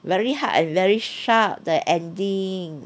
very hard and very sharp the ending